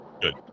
good